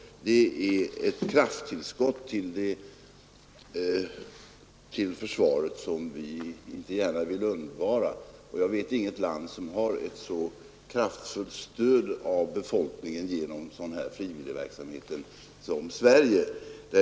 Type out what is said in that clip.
De utgör ett krafttillskott till försvaret som vi inte gärna vill undvara. Jag vet inget land som har så kraftfullt stöd av befolkningen genom frivilligverksamhet som Sverige.